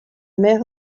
mer